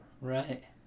Right